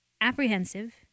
Apprehensive